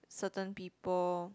certain people